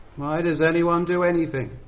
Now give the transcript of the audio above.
why does anyone do anything